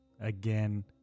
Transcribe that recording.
Again